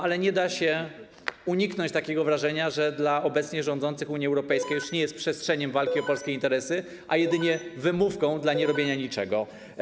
Ale nie da się uniknąć wrażenia, że dla obecnie rządzących Unia Europejska już nie jest przestrzenią walki o polskie interesy, a jedynie wymówką dla nierobienia niczego.